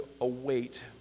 await